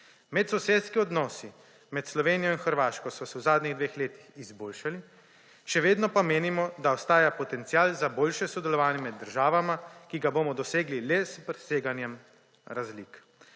Medsosedski odnosi med Slovenijo in Hrvaško so se v zadnjih dveh letih izboljšali, še vedno pa menimo, da ostaja potencial za boljše sodelovanje med državama, ki ga bomo dosegli le s priseganjem razlik.